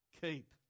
keep